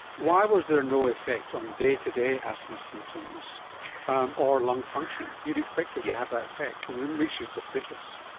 why was there no effect on day-to-day asthma symptoms or lung function? you'd expect it to have that effect, and it makes you suspicious.